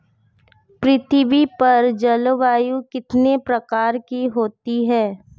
पृथ्वी पर जलवायु कितने प्रकार की होती है?